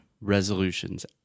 Resolutions